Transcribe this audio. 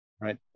Right